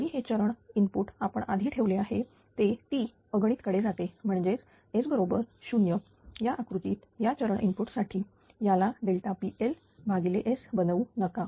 जरी हे चरण इनपुट आपण आधी ठेवले आहे ते t अगणित कडे जाते म्हणजेच S बरोबर 0 या आकृतीत या चरण इनपुट साठी याला pLS बनवू नका